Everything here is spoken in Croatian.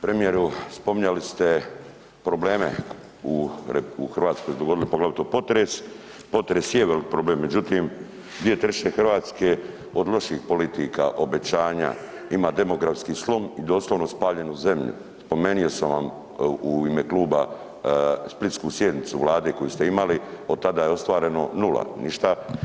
Premijeru spominjali ste probleme u Hrvatskoj koji su se dogodili, poglavito potres, potres je problem međutim 2/3 Hrvatske od loših politika, obećanja, ima demografski slom i doslovno spaljenu zemlju po meni jer sam vam u ime kluba, splitsku sjednicu Vlade koju ste imali od tada je ostvareno nula, ništa.